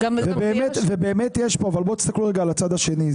אבל בואו תסתכלו רגע על הצד השני,